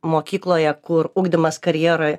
mokykloje kur ugdymas karjeroje